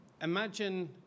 imagine